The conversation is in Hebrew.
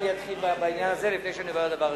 אני אתחיל בעניין הזה לפני שאני עובר לדבר השני.